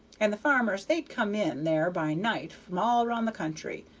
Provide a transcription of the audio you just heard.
and the farmers they'd come in there by night from all round the country,